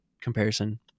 comparison